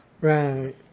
Right